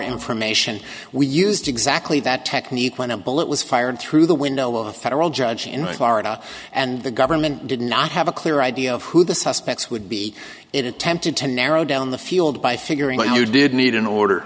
information we used exactly that technique when a bullet was fired through the window of a federal judge in florida and the government did not have a clear idea of who the suspects would be it attempted to narrow down the field by figuring out who did meet in order